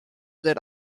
that